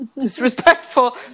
disrespectful